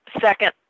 Second